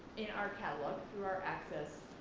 in our catalogue through our access,